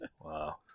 wow